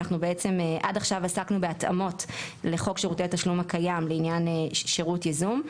עד עכשיו עסקנו בהתאמות לוק שירותי התשלום הקיים לעניין שירות ייזום,